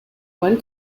one